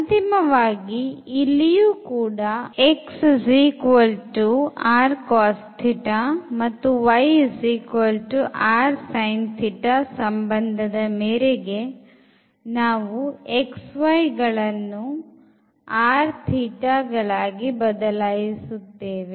ಅಂತಿಮವಾಗಿ ಇಲ್ಲಿಯೂ ಕೂಡ ಮತ್ತು ಸಂಬಂಧದ ಮೇರೆಗೆ ನಾವು xyಗಳನ್ನು r θ ಗಳಾಗಿ ಬದಲಾಯಿಸುತ್ತೇವೆ